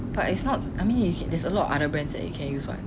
but it's not I mean if there's a lot of other brands that you can use [what]